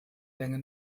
länge